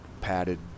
padded